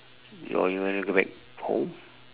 or you want to go back home